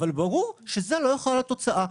אבל ברור שזו לא יכולה להיות התוצאה.